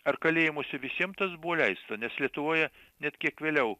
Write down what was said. ar kalėjimuose visiem tas buvo leista nes lietuvoje net kiek vėliau